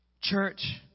Church